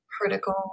critical